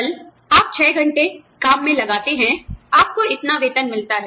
कल आप छह घंटे काम में लगाते हैं आपको इतना वेतन मिलता है